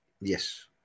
Yes